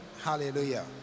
Hallelujah